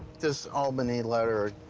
this albany letter,